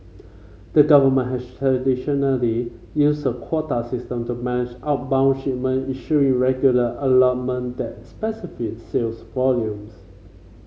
the government has traditionally used a quota system to manage outbound shipment issuing regular allotment that specify sales volumes